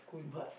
but